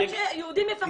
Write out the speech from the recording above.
זה לא הגיוני שיהודים יפחדו.